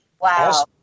Wow